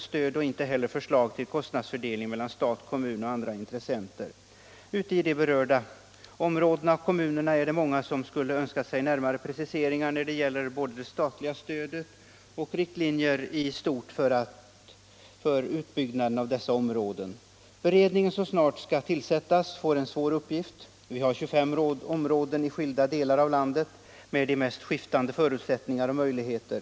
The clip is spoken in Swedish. Ute i de berörda områdena och kommunerna är det många som skulle önskat sig närmare preciseringar när det gäller både det statliga stödet och riktlinjer i stort för utbyggnaden av dessa områden. Beredningen, som snart skall tillsättas, får en svår uppgift — det gäller här 25 områden i skilda delar av landet med de mest skiftande förutsättningar och möjligheter.